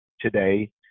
today